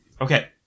okay